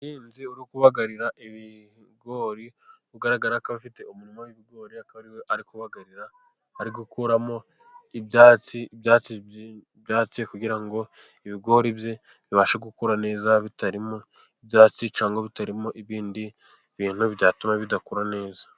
Umuhinzi uri kubagarira ibigori ,bigaragara ko afite umurima w'ibigori akaba ari kubagara ari gukuramo ibyatsi , kugira ibigori bye bibashe gukura neza bitarimo ibyatsi ,cyangwa bitarimo ibindi bintu byatuma bidakura neza.